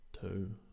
Two